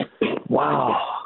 Wow